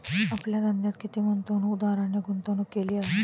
आपल्या धंद्यात किती गुंतवणूकदारांनी गुंतवणूक केली आहे?